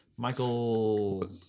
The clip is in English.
Michael